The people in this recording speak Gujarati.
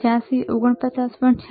85 49